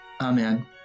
amen